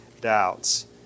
doubts